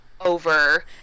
over